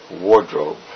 wardrobe